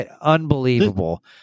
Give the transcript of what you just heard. unbelievable